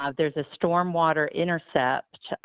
ah there's a storm water intercept